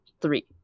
three